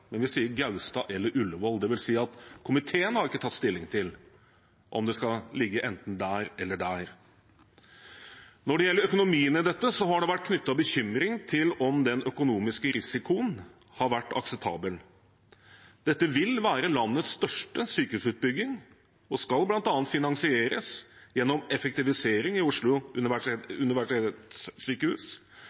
men vi sier Gaustad eller Ullevål. Det vil si at komiteen ikke har tatt stilling til om det skal ligge enten her eller der. Når det gjelder økonomien i dette, har det vært knyttet bekymring til om den økonomiske risikoen har vært akseptabel. Dette vil være landets største sykehusutbygging og skal bl.a. finansieres gjennom effektivisering i Oslo universitetssykehus